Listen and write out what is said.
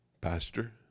Pastor